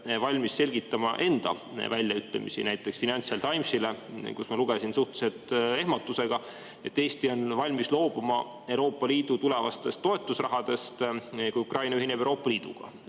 valmis selgitama enda väljaütlemisi, näiteks Financial Timesile, kust ma lugesin ehmatusega, et Eesti on valmis loobuma Euroopa Liidu tulevastest toetusrahadest, kui Ukraina ühineb Euroopa Liiduga.